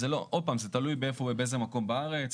עוד פעם, זה תלוי באיזה מקום בארץ.